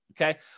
Okay